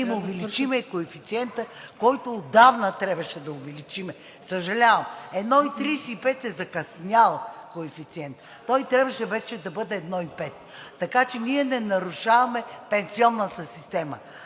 им увеличим коефициента, който отдавна трябваше да го увеличим – съжалявам, 1,35 е закъснял коефициент, той трябваше вече да бъде 1,5, така че ние не нарушаваме пенсионната система,